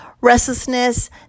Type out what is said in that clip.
restlessness